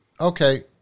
okay